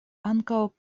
ankaŭ